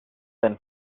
then